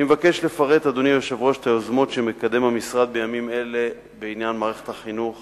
אני מבקש לפרט את היוזמות שמקדם המשרד בימים אלה בעניין מערכת החינוך